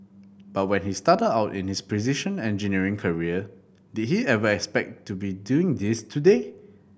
but when he started out in his precision engineering career did he ever expect to be doing this today